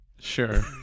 sure